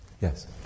Yes